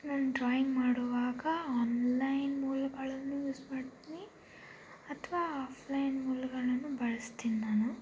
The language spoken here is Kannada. ನಾನು ಡ್ರಾಯಿಂಗ್ ಮಾಡುವಾಗ ಆನ್ಲೈನ್ ಮೂಲಗಳನ್ನು ಯೂಸ್ ಮಾಡ್ತೀನಿ ಅಥವಾ ಆಫ್ಲೈನ್ ಮೂಲಗಳನ್ನು ಬಳ್ಸ್ತೀನಿ ನಾನು